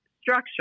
structure